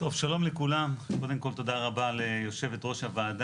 מירב בן ארי, יו"ר ועדת ביטחון פנים: כן.